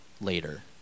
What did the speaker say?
later